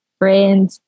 friends